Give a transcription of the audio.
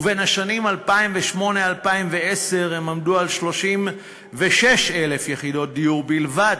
ובין השנים 2008 2010 הן עמדו על 36,000 יחידות דיור בלבד,